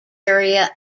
area